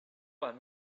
want